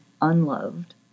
unloved